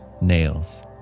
nails